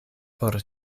por